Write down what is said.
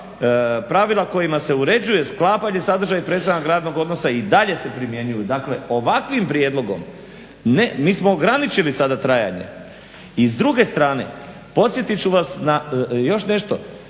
pravila kojima se uređuje sklapanje, sadržaj i prestanak radnog odnosa i dalje se primjenjuju." Dakle, ovakvim prijedlogom mi smo ograničili sada trajanje. I s druge strane podsjetit ću vas na još nešto.